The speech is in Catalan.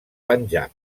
panjab